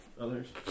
Others